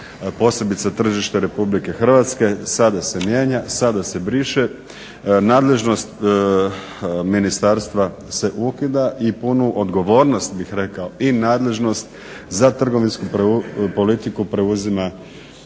posebice tržište Republike Hrvatske sada se mijenja, sada se briše, nadležnost ministarstva se ukida i punu odgovornost bih rekao i nadležnost za trgovinsku politiku preuzima